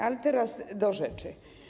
Ale teraz do rzeczy.